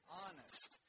honest